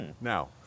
Now